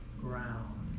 ground